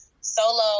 solo